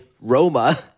Roma